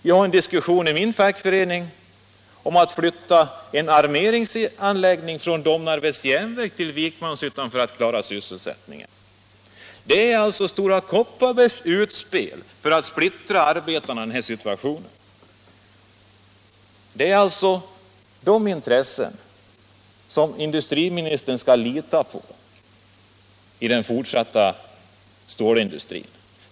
Vi har i min fackförening f.n. att diskutera frågan om att flytta en armeringsanläggning från Domnarvets Jernverk till Vikmanshyttan för att klara sysselsättningen. Det är Stora Kopparbergs utspel för att splittra 85 Om åtgärder för att säkra sysselsättningen inom arbetarna i denna situation. Det är sådana intressen som industriministern skall lita till i de fortsatta övervägandena om stålindustrin.